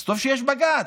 אז טוב שיש בג"ץ.